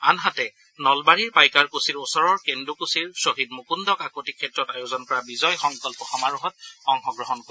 আনহাতে নলবাৰীৰ পাইকাৰকুছিৰ ওচৰৰ কেন্দুকুছিৰ ছহিদ মুকুন্দ কাকতি ক্ষেত্ৰত আয়োজন কৰা বিজয় সংকল্প সমাৰোহত অংশগ্ৰহণ কৰিব